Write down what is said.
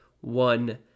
one